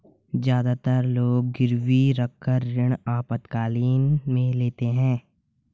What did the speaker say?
ज्यादातर लोग गिरवी रखकर ऋण आपातकालीन में लेते है